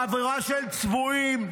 חבורה של צבועים,